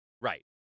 Right